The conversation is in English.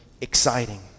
exciting